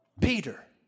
Peter